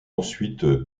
ensuite